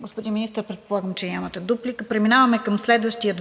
Господин Министър, предполагам, че нямате дуплика. Преминаваме към следващия